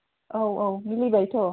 औ औ मेलायबाय थ'